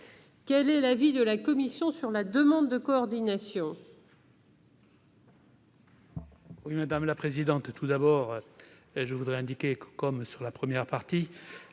Quel est l'avis de la commission sur cette demande de coordination ?